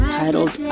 titled